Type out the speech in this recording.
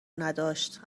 نداشت